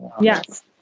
Yes